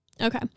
Okay